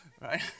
right